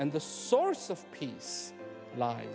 and the source of peace lies